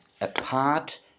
apart